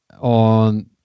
on